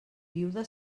viuda